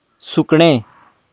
सुकणें